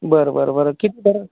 बरं बरं बरं कितीपर्यंत